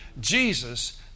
Jesus